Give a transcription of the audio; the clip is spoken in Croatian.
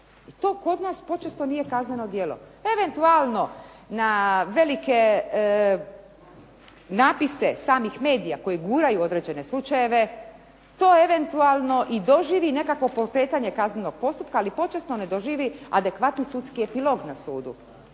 to kod nas počesto nije kazneno djelo. Eventualno na velike napise samih medija koji guraju određene slučajeve, to je eventualno doživi nekakvo pokretanje kaznenog postupka ali počesto ne doživi adekvatni sudski epilog na sudu.